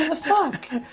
ah sock!